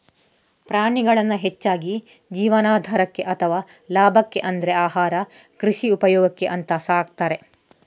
ಪ್ರಾಣಿಗಳನ್ನ ಹೆಚ್ಚಾಗಿ ಜೀವನಾಧಾರಕ್ಕೆ ಅಥವಾ ಲಾಭಕ್ಕೆ ಅಂದ್ರೆ ಆಹಾರ, ಕೃಷಿ ಉಪಯೋಗಕ್ಕೆ ಅಂತ ಸಾಕ್ತಾರೆ